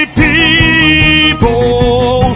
people